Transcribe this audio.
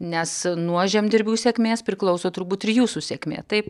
nes nuo žemdirbių sėkmės priklauso turbūt ir jūsų sėkmė taip